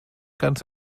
ganz